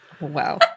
Wow